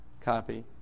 copy